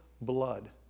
blood